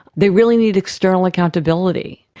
they really need external accountability.